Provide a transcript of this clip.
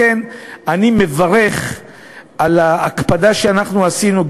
לכן אני מברך על ההקפדה שאנחנו עשינו,